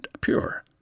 pure